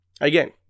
again